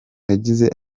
yagize